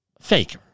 fake